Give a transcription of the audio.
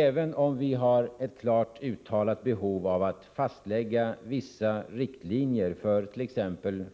Även om vi har ett klart uttalat behov av att fastställa vissa riktlinjer för t.ex.